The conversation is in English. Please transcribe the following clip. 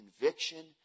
conviction